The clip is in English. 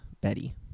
Betty